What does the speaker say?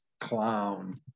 clown